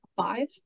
five